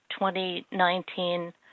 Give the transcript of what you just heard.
2019